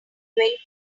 twentieth